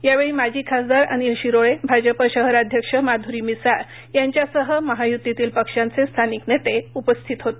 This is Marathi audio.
यावेळी माजी खासदार अनिल शिरोळे भाजपा शहराध्यक्ष माधुरी मिसाळ यांच्यासह महायुतीतील पक्षांचे स्थानिक नेते उपस्थित होते